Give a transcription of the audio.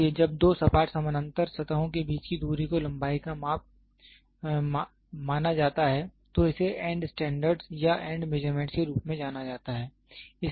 इसलिए जब दो सपाट समानांतर सतहों के बीच की दूरी को लंबाई का माप माना जाता है तो इसे एंड स्टैंडर्ड् या एंड मेजरमेंट्स के रूप में जाना जाता है